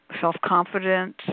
self-confidence